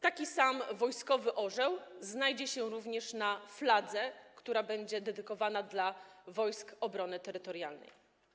Taki sam wojskowy orzeł znajdzie się również na fladze, która będzie dedykowana dla Wojsk Obrony Terytorialnej.